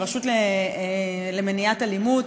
ברשות למניעת אלימות,